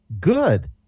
good